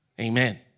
Amen